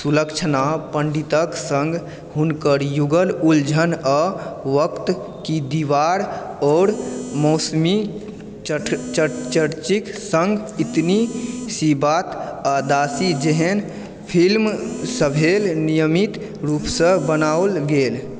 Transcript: सुलक्षणा पण्डितक सङ्ग हुनकर युगल उलझन आ वक्त की दीवार आओर मौसमी चटर्जीक सङ्ग इतनी सी बात आ दासी जेहन फिल्मसभ नियमित रूपसँ बनाओल गेल